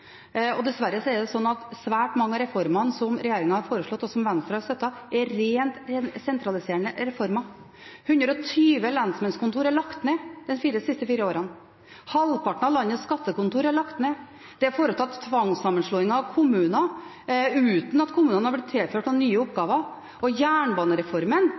retning. Dessverre er det slik at svært mange av reformene som regjeringen har foreslått, og som Venstre har støttet, er rent sentraliserende reformer. 120 lensmannskontor er lagt ned de siste fire årene. Halvparten av landets skattekontor er lagt ned. Det er foretatt tvangssammenslåinger av kommuner uten at kommunene har blitt tilført noen nye oppgaver. Og jernbanereformen